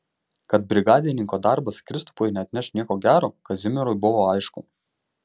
kad brigadininko darbas kristupui neatneš nieko gero kazimierui buvo aišku